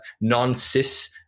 non-cis